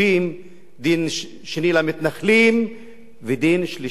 דין שני למתנחלים ודין שלישי לאזרחים הערבים.